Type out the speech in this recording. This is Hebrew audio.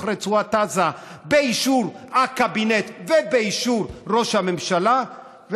רצועת עזה באישור הקבינט ובאישור ראש הממשלה,